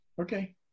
Okay